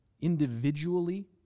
individually